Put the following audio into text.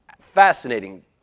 fascinating